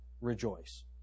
rejoice